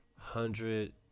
Hundred